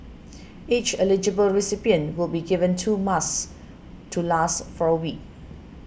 each eligible recipient will be given two masks to last for a week